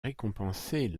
récompenser